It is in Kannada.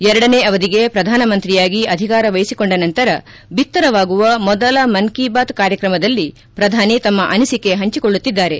ಎರಡನೇ ಅವಧಿಗೆ ಪ್ರಧಾನಮಂತ್ರಿಯಾಗಿ ಅಧಿಕಾರ ವಹಿಸಿಕೊಂಡ ನಂತರ ಬಿತ್ತರವಾಗುವ ಮೊದಲ ಮನ್ ಕಿ ಬಾತ್ ಕಾರ್ಯಕ್ರಮದಲ್ಲಿ ಪ್ರಧಾನಿ ತಮ್ನ ಅನಿಸಿಕೆ ಹಂಚಿಕೊಳ್ಳುತ್ತಿದ್ದಾರೆ